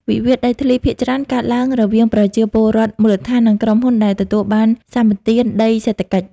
វិវាទដីធ្លីភាគច្រើនកើតឡើងរវាងប្រជាពលរដ្ឋមូលដ្ឋាន និងក្រុមហ៊ុនដែលទទួលបានសម្បទានដីសេដ្ឋកិច្ច។